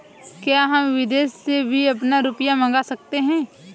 क्या हम विदेश से भी अपना रुपया मंगा सकते हैं?